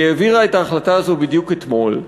והיא העבירה את ההחלטה הזאת בדיוק אתמול.